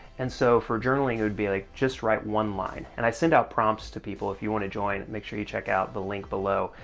and so, for journaling, it would be, like just write one line. and i send out prompts to people. if you want to join, make sure you check out the link below,